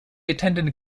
attended